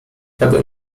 pada